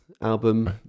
album